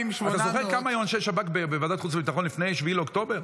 אתה זוכר כמה אנשי שב"כ היו בוועדת חוץ וביטחון לפני 7 באוקטובר?